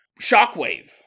shockwave